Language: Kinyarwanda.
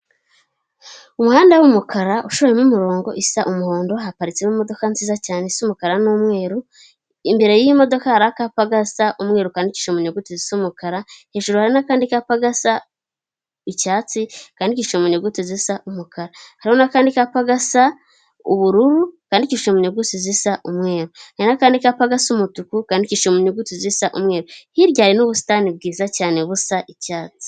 Umuhanda w'umukara, ushoyemo umurongo usa umuhondo, haparitsemo imodoka nziza cyane isa umukara n'umweru, imbere y'iyo imodoka hari akapa gasa umweru kanditse mu nyuguti zisa umukara, hejuru hari n'akandi kapa gasa icyatsi, kanditse mu nyuguti zisa umukara, hari n'akandi kapa gasa ubururu kanditse mu nyuguti zisa umweru, hari n'akandi kapa gasa umutuku kanditse mu nyuguti zisa umweru, hirya hari n'ubusitani bwiza cyane busa icyatsi.